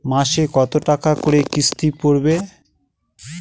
মাসে কত টাকা করে কিস্তি পড়বে?